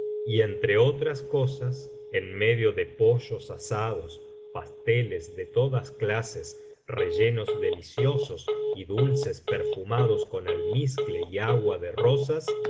y una noche entre otras cosas en medio de pollos asados pasteles de todas clases rellenos deliciosos y dulces perfumados con almizcle y agua de rosas